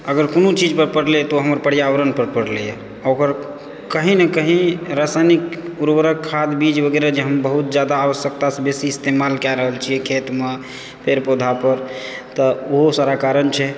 अगर कोनो चीज पर पड़लै तऽ ओ हमर पर्यावरण पर पड़लैया आ ओकर कतहुँ ने कतहुँ रसायनिक उर्वरक खाद्य बीज वगैरह जे हम बहुत जादा आवश्यकतासँ बेसी इस्तेमाल कए रहल छियै खेतमे पेड़ पौधा पर तऽ ओहो सारा कारण छै